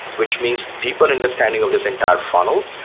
which means deeper understanding of this entire funnel.